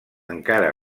encara